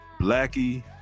blackie